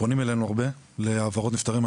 פונים אלינו הרבה להעברות נפטרים.